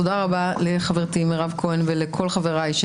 תודה רבה לחברתי מירב כהן ולכל חבריי,